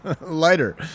Lighter